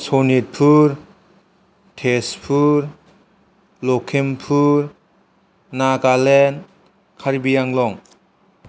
Sonitpur Tezpur Lakhimpur Nagaland कार्बिआंलं